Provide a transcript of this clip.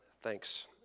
Thanks